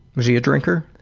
was he a drinker?